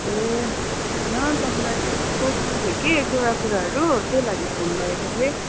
ए होइन तपाईँलाई त्यही सोध्नु थियो कि एक दुईवटा कुराहरू त्यही लागि फोन गरेको थिएँ